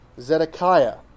Zedekiah